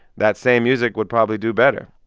that same music would probably do better